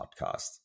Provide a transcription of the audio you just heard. podcast